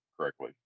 correctly